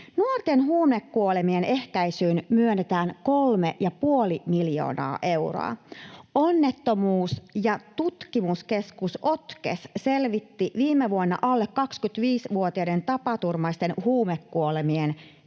Nuorten huumekuolemien ehkäisyyn myönnetään kolme ja puoli miljoonaa euroa. Onnettomuustutkimuskeskus, OTKES, selvitti viime vuonna alle 25-vuotiaiden tapaturmaisten huumekuolemien